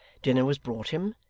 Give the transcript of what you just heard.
dinner was brought him,